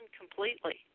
completely